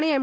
आणि एम